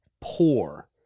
poor